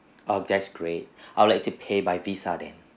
oh that's great I'd like to pay by VISA then